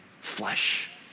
flesh